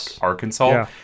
Arkansas